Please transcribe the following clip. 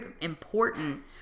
important